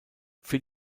für